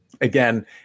Again